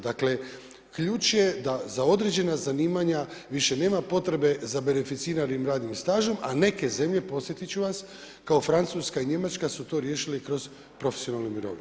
Dakle, ključ je da za određena zanimanja, više nema potrebe za beneficiranim radnim stažom, a neke zemlje, podsjetiti ću vas, kao Francuska i Njemačka su to riješili kroz profesionalnu mirovinu.